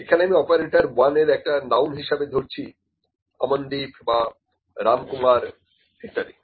এখানে আমি অপারেটর 1 একটা নাউন হিসেবে ধরছি অমন্দীপ বা রামকুমার ইত্যাদি